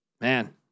Man